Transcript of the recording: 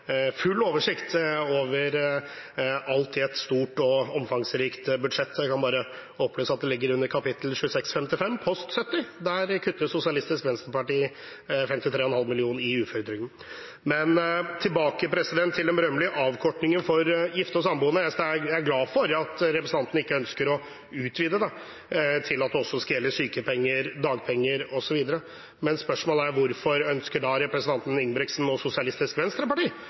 full oversikt over alt i et stort og omfangsrikt budsjett. Jeg kan opplyse om at dette ligger under kap. 2655, post 70. Der kutter Sosialistisk Venstreparti 53,5 mill. kr i uføretrygden. Tilbake til den berømmelige avkortingen for gifte og samboende. Jeg er glad for at representanten ikke ønsker å utvide det til også å gjelde sykepenger, dagpenger osv. Men spørsmålet er hvorfor representanten Ingebrigtsen og Sosialistisk Venstreparti